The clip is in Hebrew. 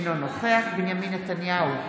אינו נוכח בנימין נתניהו,